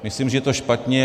Myslím, že to je špatně.